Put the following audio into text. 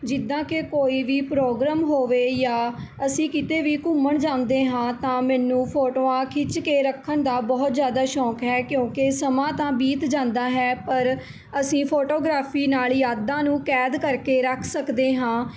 ਜਿੱਦਾਂ ਕਿ ਕੋਈ ਵੀ ਪ੍ਰੋਗਰਾਮ ਹੋਵੇ ਯਾ ਅਸੀਂ ਕਿਤੇ ਵੀ ਘੁੰਮਣ ਜਾਂਦੇ ਹਾਂ ਤਾਂ ਮੈਨੂੰ ਫੋਟੋਆਂ ਖਿੱਚ ਕੇ ਰੱਖਣ ਦਾ ਬਹੁਤ ਜ਼ਿਆਦਾ ਸ਼ੌਂਕ ਹੈ ਕਿਉਂਕਿ ਸਮਾਂ ਤਾਂ ਬੀਤ ਜਾਂਦਾ ਹੈ ਪਰ ਅਸੀਂ ਫੋਟੋਗ੍ਰਾਫੀ ਨਾਲ਼ ਯਾਦਾਂ ਨੂੰ ਕੈਦ ਕਰਕੇ ਰੱਖ ਸਕਦੇ ਹਾਂ